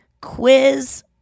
Quiz